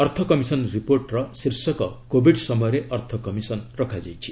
ଅର୍ଥ କମିଶନ୍ ରିପୋର୍ଟର ଶୀର୍ଷକ 'କୋବିଡ୍ ସମୟରେ ଅର୍ଥ କମିଶନ୍' ରଖାଯାଇଛି